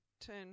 turn